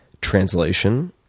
translation